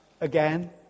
again